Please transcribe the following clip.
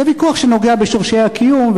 זה ויכוח שנוגע בשורשי הקיום,